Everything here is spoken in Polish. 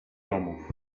domów